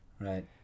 right